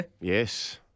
Yes